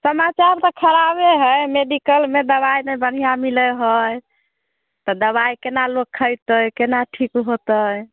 समय सब के खराबे है मेडिकल मे दबाइ नहि बढ़िआँ मिले है तऽ दबाइ कोना लोक खैतै कोना ठीक होतै